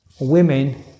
women